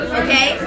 okay